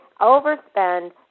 overspend